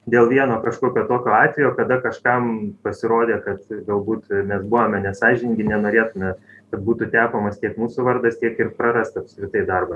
dėl vieno kažkokio tokio atvejo kada kažkam pasirodė kad galbūt mes buvome nesąžiningi nenorėtume kad būtų tepamas tiek mūsų vardas tiek ir prarast apskritai darbo